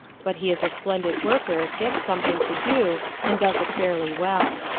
but he is a splendid worker, gets something to do and does it fairly well.